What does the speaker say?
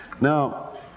now